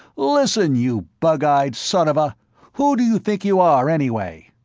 listen, you bug-eyed son-of-a who do you think you are, anyway?